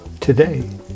Today